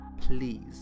Please